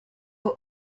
were